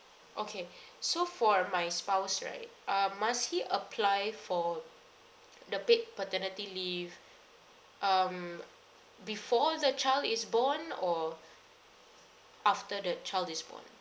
okay so for my spouse right um must he apply for the paid paternity leave um before the child is born or after the child is born